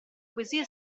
poesie